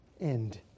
end